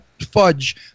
fudge